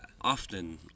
Often